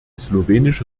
slowenische